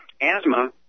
Asthma